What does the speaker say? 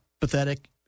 pathetic